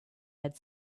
had